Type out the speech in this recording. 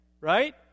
Right